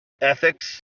ethics